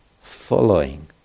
following